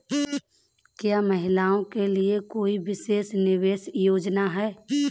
क्या महिलाओं के लिए कोई विशेष निवेश योजना है?